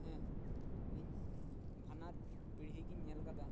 ᱦᱮᱸ ᱤᱧ ᱵᱟᱱᱟᱨ ᱯᱤᱲᱦᱤ ᱜᱮᱧ ᱧᱮᱞ ᱟᱠᱟᱫᱟ